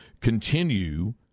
continue